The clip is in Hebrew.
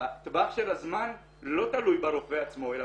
הטווח של הזמן לא תלוי ברופא עצמו אלא